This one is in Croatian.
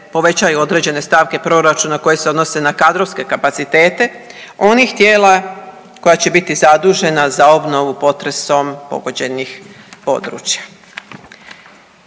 povećaju određene stavke proračuna koje se odnose na kadrovske kapacitete onih tijela koja će biti zadužena za obnovu potresom pogođenih područja.